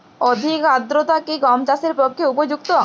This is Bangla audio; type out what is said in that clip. অধিক আর্দ্রতা কি গম চাষের পক্ষে উপযুক্ত?